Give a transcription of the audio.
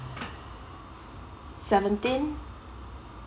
seventeen